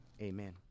Amen